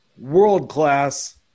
world-class